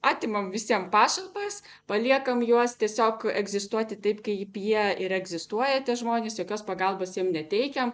atimam visiem pašalpas paliekam juos tiesiog egzistuoti taip kaip jie ir egzistuoja tie žmonės jokios pagalbos jiem neteikiam